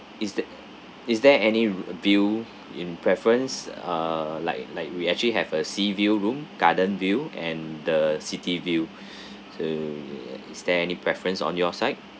is there is there any v~ view in preference uh like like we actually have a sea view room garden view and the city view err is there any preference on your side